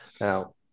Now